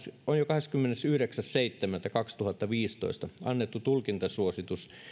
on jo kahdeskymmenesyhdeksäs seitsemättä kaksituhattaviisitoista annettu tulkintasuositus